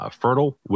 Fertile